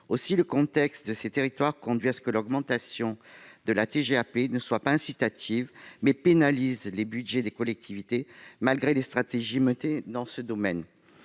Le contexte de ces territoires conduit à ce que l'augmentation de la TGAP ne soit pas incitative, mais pénalise les budgets des collectivités, malgré les stratégies menées dans ce domaine.